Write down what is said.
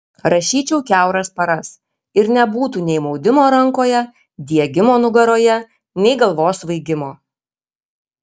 rašyčiau kiauras paras ir nebūtų nei maudimo rankoje diegimo nugaroje nei galvos svaigimo